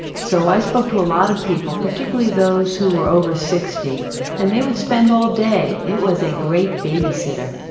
so i spoke to a lot of people, particularly those who were over sixty and they would spend all day. it was a great babysitter.